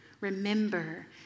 Remember